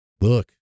look